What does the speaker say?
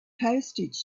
postage